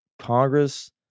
Congress